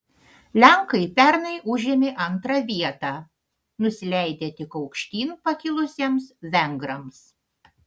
lenkai pernai užėmė antrą vietą nusileidę tik aukštyn pakilusiems vengrams